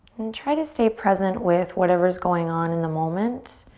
and try to stay present with whatever's going on in the moment.